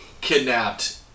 kidnapped